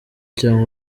cyangwa